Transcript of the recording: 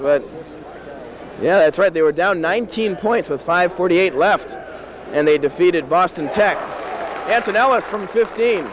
but yeah that's right they were down nineteen points with five forty eight left and they defeated boston tech as an ellis from fift